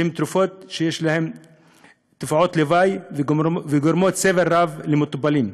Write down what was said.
והן תרופות שיש להן תופעות לוואי וגורמות סבל רב למטופלים.